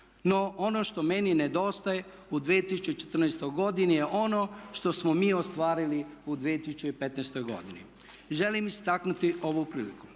No ono što meni nedostaje u 2014. je ono što smo mi ostvarili u 2015. godini. Želim istaknuti ovu priliku